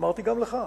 אמרתי גם לך,